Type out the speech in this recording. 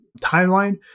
timeline